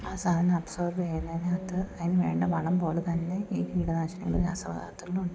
ആ സാധനം അബ്സോർബ് ചെയ്യുന്നതിന് അകത്ത് അതിന് വേണ്ട വളം പോലെ തന്നെ ഈ കീടനാശിനികളും രാസപദാർത്ഥങ്ങൾ ഉണ്ട്